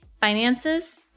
finances